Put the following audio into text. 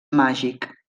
màgic